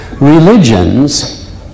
Religions